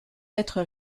être